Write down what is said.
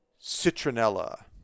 Citronella